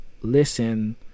Listen